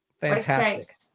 fantastic